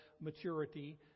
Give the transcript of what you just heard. maturity